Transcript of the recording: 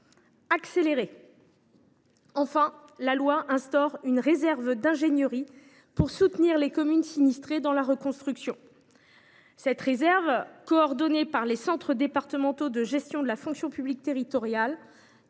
cette proposition de loi instaure une réserve d’ingénierie pour soutenir les communes sinistrées lors de la reconstruction. Cette réserve, coordonnée par les centres départementaux de gestion de la fonction publique territoriale,